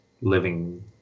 living